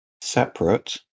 separate